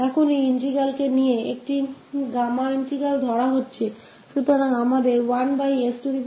तो इस इंटीग्रल क होते हुए हमे चाहिए यह गामम्मा इंटीग्रल जो की अब दिखाई दे रहा ह